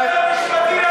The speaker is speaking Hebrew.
תפנה ליועץ המשפטי לממשלה.